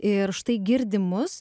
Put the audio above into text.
ir štai girdi mus